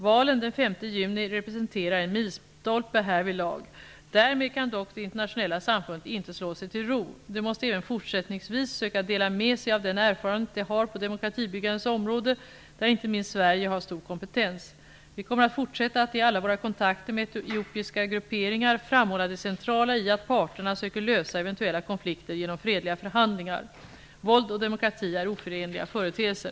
Valen den 5 juni representerar en milstolpe härvidlag. Därmed kan dock det internationella samfundet inte slå sig till ro. Det måste även fortsättningsvis söka dela med sig av den erfarenhet det har på demokratibyggandets område, där inte minst Sverige har stor kompetens. Vi kommer att fortsätta att, i alla våra kontakter med etiopiska grupperingar, framhålla det centrala i att parterna söker lösa eventuella konflikter genom fredliga förhandlingar. Våld och demokrati är oförenliga företeelser.